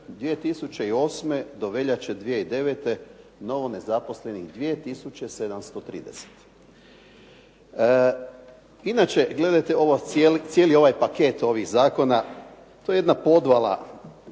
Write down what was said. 2008. do veljače 2009. novo nezaposlenih 2 730. Inače, gledajte cijeli ovaj paket ovih zakona, to je jedna podvala.